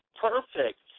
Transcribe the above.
Perfect